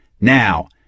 Now